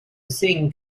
singing